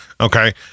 Okay